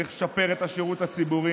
צריך לשפר את השירות הציבורי,